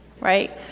right